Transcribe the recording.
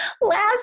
Last